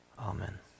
Amen